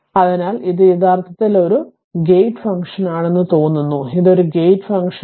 അതിനാൽ ഇത് യഥാർത്ഥത്തിൽ ഒരു ഗേറ്റ് ഫംഗ്ഷനാണെന്ന് തോന്നുന്നു ഇത് ഒരു ഗേറ്റ് ഫംഗ്ഷനാണ്